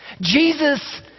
Jesus